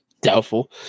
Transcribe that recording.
Doubtful